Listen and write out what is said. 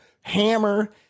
hammer